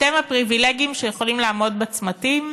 אתם הפריבילגים שיכולים לעמוד בצמתים,